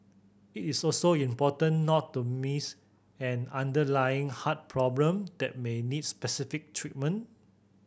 it is also important not to miss an underlying heart problem that may needs specific treatment